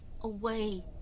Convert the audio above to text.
away